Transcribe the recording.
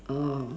orh